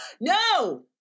No